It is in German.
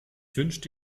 wünschte